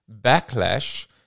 backlash